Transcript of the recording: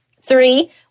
Three